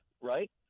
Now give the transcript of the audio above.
right